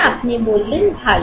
আপনি বলেন ভালো